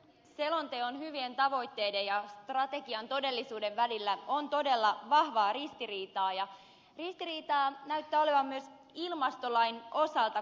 selonteon hyvien tavoitteiden ja strategian todellisuuden välillä on todella vahvaa ristiriitaa ja ristiriitaa näyttää olevan myös ilmastolain osalta